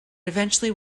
eventually